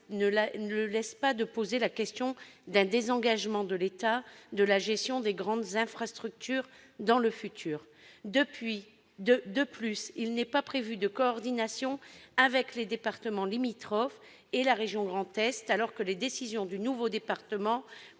laisse pendante la question d'un désengagement futur de l'État de la gestion des grandes infrastructures. De plus, il n'est pas prévu de coordination avec les départements limitrophes et la région Grand Est, alors que les décisions du nouveau département